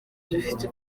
dufite